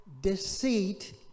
deceit